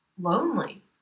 lonely